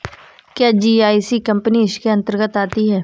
क्या GIC company इसके अन्तर्गत आती है?